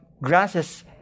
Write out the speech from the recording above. grasses